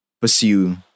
pursue